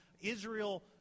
Israel